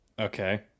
Okay